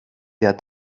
der